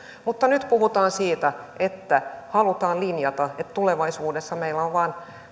mutta nyt puhutaan siitä että halutaan linjata että tulevaisuudessa meillä on tässä maassa vain